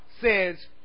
says